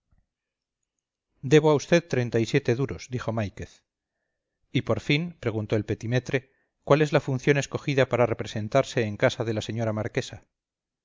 debo a vd treinta y siete duros dijo máiquez y por fin preguntó el petimetre cuál es la función escogida para representarse en casa de la señora marquesa